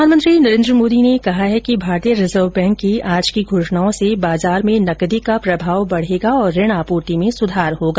प्रधानमंत्री नरेन्द्र मोदी ने कहा है कि भारतीय रिजर्व बैंक की आज की घोषणाओं से बाजार में नकदी का प्रभाव बढेगा और ऋण आपूर्ति में सुधार होगा